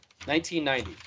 1990